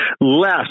less